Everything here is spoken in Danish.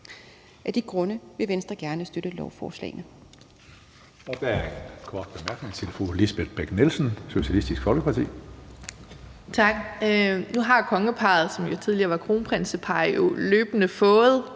Af de grunde vil Venstre gerne støtte lovforslagene.